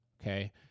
Okay